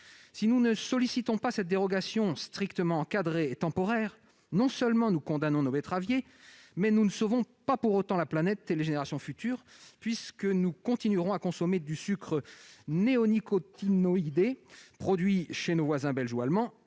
Si nous n'instaurons pas cette dérogation, strictement encadrée et temporaire, non seulement nous condamnons nos betteraviers, mais nous ne sauvons pas pour autant la planète et les générations futures. En effet, nous continuerons à consommer du sucre « néonicotinoïdé », produit par nos voisins belges ou allemands